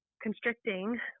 constricting